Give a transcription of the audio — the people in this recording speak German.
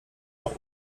auch